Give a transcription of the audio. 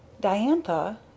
Diantha